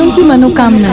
um and come